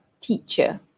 teacher